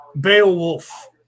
Beowulf